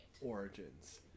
Origins